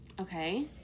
Okay